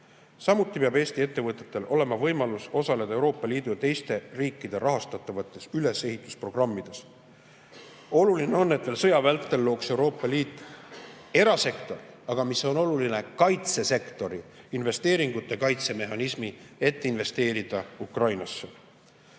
peab Eesti ettevõtetel olema võimalus osaleda Euroopa Liidu ja teiste riikide rahastatavates ülesehitusprogrammides. Oluline on, et veel sõja vältel looks Euroopa Liit erasektori, aga [eriti] kaitsesektori investeeringute kaitse mehhanismi, et investeerida Ukrainasse. Ukraina